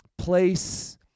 place